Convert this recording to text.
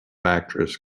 actress